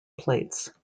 plates